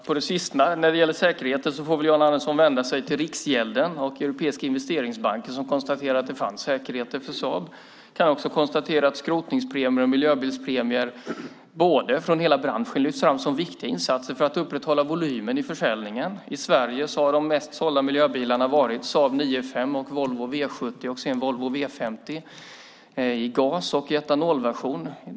Fru talman! När det gäller säkerheter får Jan Andersson vända sig till Riksgälden och Europeiska investeringsbanken. De konstaterade att det fanns säkerheter för Saab. Jag kan också konstatera att skrotningspremier och miljöbilspremier när det gäller hela branschen lyfts fram som viktiga insatser för att upprätthålla volymen i försäljningen. I Sverige har de mest sålda miljöbilarna varit Saab 9-5, Volvo V70 och Volvo V50 i gas och etanolversion.